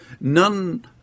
None